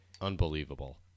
Unbelievable